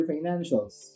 Financials